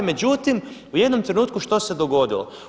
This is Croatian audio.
Međutim u jednom trenutku što se dogodilo?